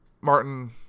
Martin